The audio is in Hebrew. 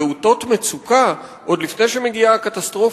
אותות מצוקה עוד לפני שמגיעה הקטסטרופה.